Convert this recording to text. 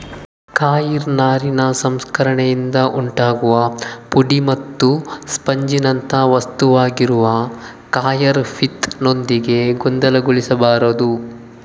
coir ನಾರಿನ ಸಂಸ್ಕರಣೆಯಿಂದ ಉಂಟಾಗುವ ಪುಡಿ ಮತ್ತು ಸ್ಪಂಜಿನಂಥ ವಸ್ತುವಾಗಿರುವ ಕಾಯರ್ ಪಿತ್ ನೊಂದಿಗೆ ಗೊಂದಲಗೊಳಿಸಬಾರದು